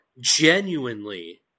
genuinely